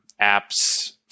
apps